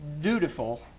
dutiful